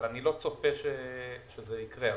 אני לא צופה שזה יקרה.